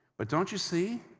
but don't you see?